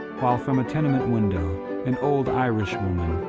while from a tenement window an old irish woman,